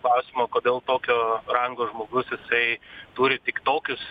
klausimą kodėl tokio rango žmogus jisai turi tik tokius